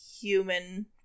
human